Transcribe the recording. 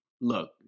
Look